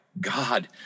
god